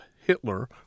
Hitler